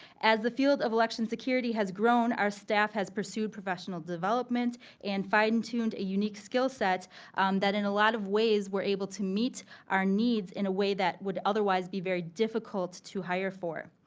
as the field of election security has grown, our staff has pursued professional development and fine-tuned a unique skill set that in a lot of ways were able to meet our needs in a way that would otherwise be very difficult to hire for.